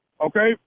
okay